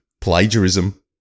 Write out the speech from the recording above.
plagiarism